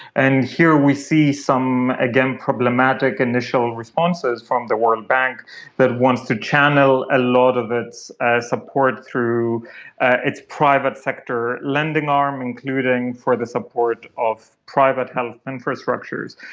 and here we see some, again, problematic initial responses from the world bank that wants to channel a lot of its ah support through its private sector lending arm, including for the support of private health infrastructures.